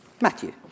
Matthew